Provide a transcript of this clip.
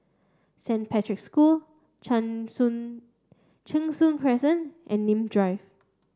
Saint Patrick's School Cheng Soon Cheng Soon Crescent and Nim Drive